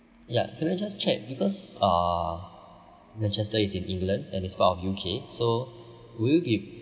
ya can I just check because uh manchester is in england and is part of U_K so will you be